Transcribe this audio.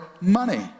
money